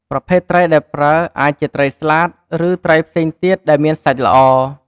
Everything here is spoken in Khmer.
ប្រភេទត្រីដែលប្រើអាចជាត្រីស្លាត ឬត្រីផ្សេងទៀតដែលមានសាច់ល្អ។